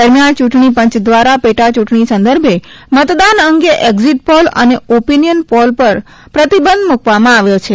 દરમ્યાન ચૂંટણી પંચ દ્વારા પેટાચૂંટણી સંદર્ભે મતદાન અંગે એક્ઝીટ પોલ અને ઓપીનીયન પોલ પર પ્રતિબંધ મુકવામાંઆવ્યો છે